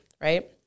right